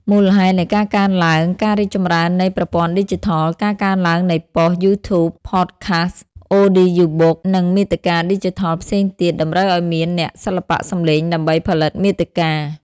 មូលហេតុនៃការកើនឡើងការរីកចម្រើននៃប្រព័ន្ធឌីជីថល ការកើនឡើងនៃប៉ុស្តិ៍ យូធូប ផតខាស់ អូឌីយ៉ូប៊ុក និងមាតិកាឌីជីថលផ្សេងទៀត តម្រូវឲ្យមានអ្នកសិល្បៈសំឡេងដើម្បីផលិតមាតិកា។